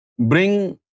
Bring